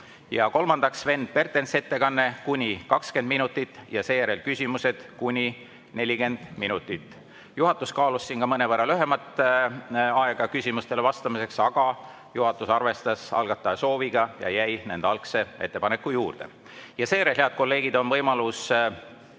Ja kolmandaks on Sven Pertensi ettekanne kuni 20 minutit ja seejärel küsimused kuni 40 minutit. Juhatus kaalus ka mõnevõrra lühemat aega küsimustele vastamiseks, aga juhatus arvestas algataja sooviga ja jäi nende algse ettepaneku juurde. Teil, head kolleegid, on võimalus